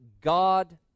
God